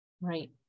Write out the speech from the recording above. Right